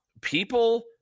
people